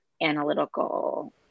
analytical